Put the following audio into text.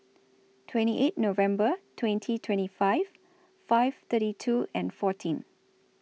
twenty eight November twenty twenty five five thirty two and fourteen